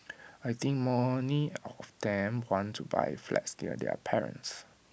I think many of them want to buy flats near their parents